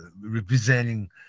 representing